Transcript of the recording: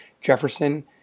Jefferson